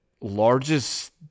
largest